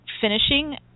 finishing